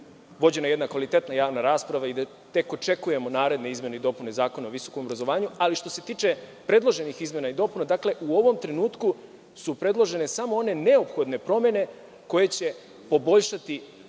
vođena jedna kvalitetna javna rasprava i da tek očekujemo naredne izmene i dopune Zakona o visokom obrazovanju. Što se tiče predloženih izmena i dopuna, u ovom trenutku su predložene samo one neophodne promene koje će poboljšati